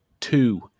two